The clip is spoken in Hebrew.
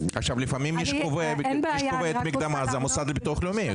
לפעמים יש חובת מקדמה; זה המוסד לביטוח לאומי,